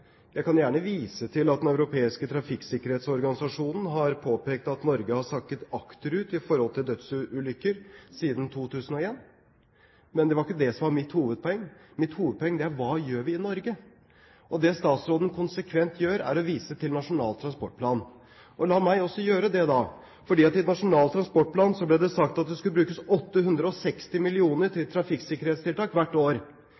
Jeg kan gjerne vise til at den europeiske trafikksikkerhetsorganisasjonen har påpekt at Norge siden 2001 har sakket akterut når det gjelder dødsulykker. Men det var ikke det som var mitt hovedpoeng. Mitt hovedpoeng er: Hva gjør vi i Norge? Og det statsråden konsekvent gjør, er å vise til Nasjonal transportplan. La meg også gjøre det, da. I Nasjonal transportplan ble det sagt at det skulle brukes 860 mill. kr til trafikksikkerhetstiltak hvert år.